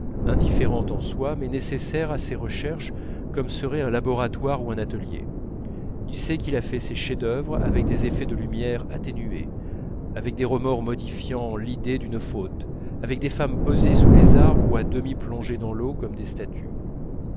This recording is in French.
indifférente en soi mais nécessaire à ses recherches comme serait un laboratoire ou un atelier il sait qu'il a fait ses chefs-d'œuvre avec des effets de lumière atténuée avec des remords modifiant l'idée d'une faute avec des femmes posées sous les arbres ou à demi plongées dans l'eau comme des statues